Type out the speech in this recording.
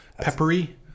peppery